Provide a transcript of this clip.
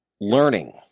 learning